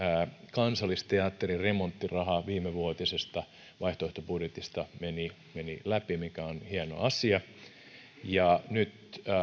kansallisteatterin remonttiraha viimevuotisesta vaihtoehtobudjetista meni läpi mikä on hieno asia nyt